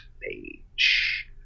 page